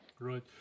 Right